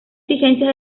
exigencias